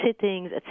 sittings